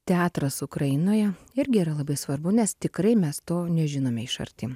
teatras ukrainoje irgi yra labai svarbu nes tikrai mes to nežinome iš arti